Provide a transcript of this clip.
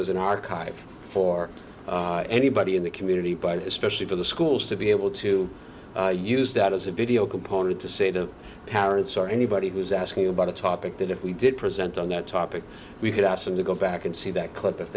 as an archive for anybody in the community but especially for the schools to be able to use that as a video component to say to parents or anybody who's asking about a topic that if we did present on that topic we could ask them to go back and see that clip if